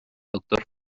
doctor